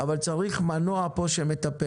אבל צריך פה מנוע שמטפל,